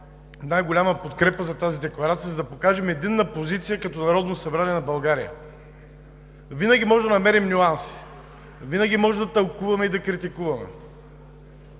най-голяма подкрепа за нея, за да покажем единна позиция като Народно събрание на България. Винаги можем да намерим нюанси, винаги можем да тълкуваме и да критикуваме.